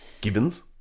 Gibbons